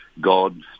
God